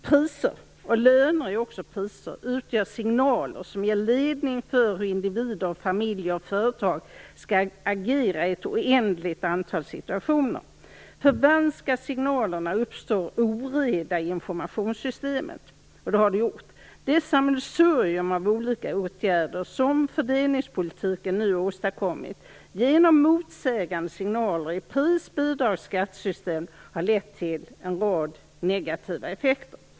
Priser - och löner är också priser - utgör signaler som ger ledning för hur individer, familjer och företag skall agera i ett oändligt antal situationer. Förvanskas signalerna, uppstår oreda i informationssystemet, vilket det har gjort. Det sammelsurium av olika åtgärder som fördelningspolitiken nu har åstadkommit genom motsägande signaler i pris-, bidrags och skattesystemen har lett till en rad negativa effekter.